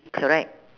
correct